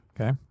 Okay